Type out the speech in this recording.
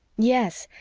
yes.